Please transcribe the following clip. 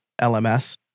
LMS